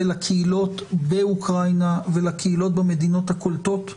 לקהילות באוקראינה ולקהילות במדינות הקולטות.